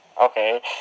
Okay